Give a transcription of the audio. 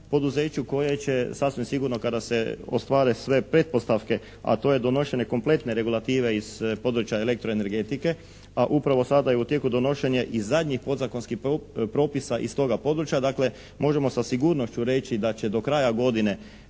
poduzeću koje će sasvim sigurno kada se ostvare sve pretpostavke a to je donošenje kompletne regulative iz područja elektroenergetike a upravo sada je u tijeku donošenje i zadnjih podzakonskih propisa iz toga područja. Možemo sa sigurnošću reći da će do kraja godine